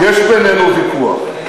יש בינינו ויכוח.